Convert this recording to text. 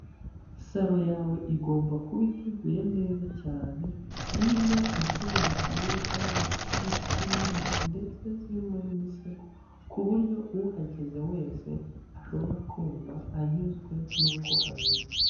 Salo yawe igomba kuba iteguye neza cyane, irimo intebe nziza z'ibiti ndetse zirimo n'imisego kuburyo uhageze wese ashobora kumva anyuzwe n'uko hameze.